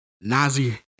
Nazi